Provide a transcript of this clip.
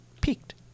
peaked